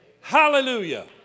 Hallelujah